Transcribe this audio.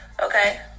Okay